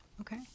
Okay